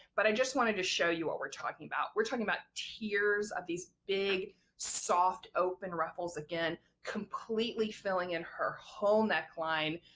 but i just wanted to show you what we're talking about we're talking about these. tiers of these big soft open ruffles, again completely filling in her whole neckline,